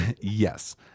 Yes